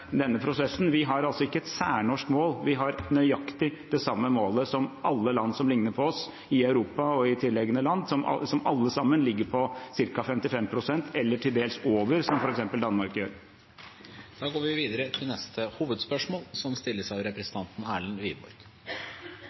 denne prosessen. Vi har ikke et særnorsk mål. Vi har nøyaktig det samme målet som alle land som ligner på oss, har – i Europa og tilliggende land – som alle ligger på ca. 55 pst. eller til dels over, som f.eks. Danmark gjør. Da går vi videre til neste hovedspørsmål. Mitt spørsmål går til arbeids- og inkluderingsministeren. Putins brutale krig fører til millioner av